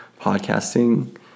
podcasting